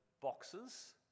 boxes